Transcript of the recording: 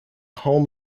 home